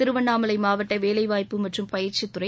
திருவண்ணாமலை மாவட்ட வேலைவாய்ப்பு மற்றும் பயிற்சி துறை